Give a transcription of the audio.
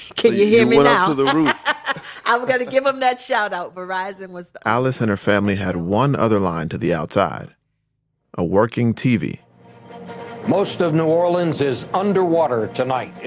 can you hear me now? i've got to give them that shout out verizon was, alice and her family had one other line to the outside a working tv most of new orleans is underwater tonight,